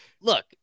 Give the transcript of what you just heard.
Look